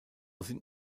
sind